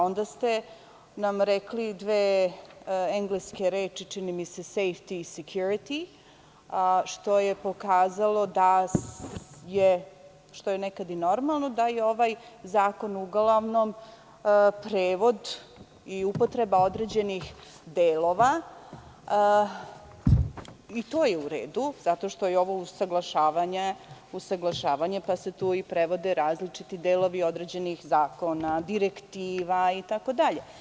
Onda ste nam rekli dve engleske reči, čini mi se, safety i security, što je pokazalo, što je nekada i normalno, da prevod i upotreba određenih delova … to je uredu zato što je ovo usaglašavanje, pa se tu prevode različiti delovi određenih zakona, direktiva itd.